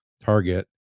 target